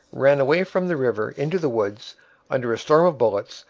ran away from the river into the woods under a storm of bullets,